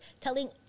Telling